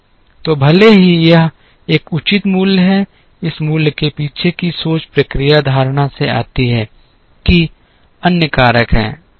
तो भले ही यह एक उचित मूल्य है इस मूल्य के पीछे की सोच प्रक्रिया धारणा से आती है कि अन्य कारक हैं